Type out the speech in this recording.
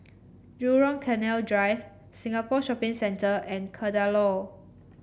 Jurong Canal Drive Singapore Shopping Centre and Kadaloor